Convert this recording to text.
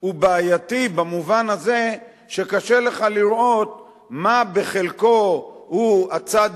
הוא בעייתי במובן הזה שקשה לך לראות מה בחלקו הוא הצד